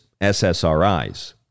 SSRIs